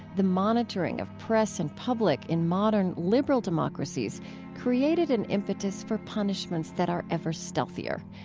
the monitoring of press and public in modern liberal democracies created an impetus for punishments that are ever stealthier,